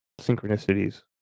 synchronicities